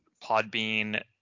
Podbean